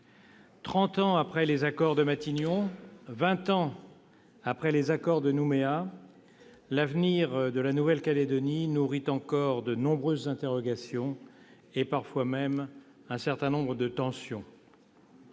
ans après les accords de Matignon, vingt ans après les accords de Nouméa, l'avenir de la Nouvelle-Calédonie nourrit encore de nombreuses interrogations, parfois même des tensions.